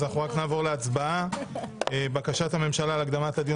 לכן נעבור להצבעה על בקשת הממשלה להקדמת הדיון